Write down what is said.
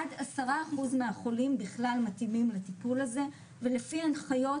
עד עשרה אחוז מהחולים בכלל מתאימים לטיפול הזה ולפי הנחיות